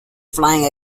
flying